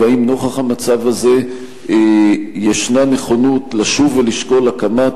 והאם נוכח המצב הזה יש נכונות לשוב ולשקול הקמת